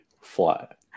flat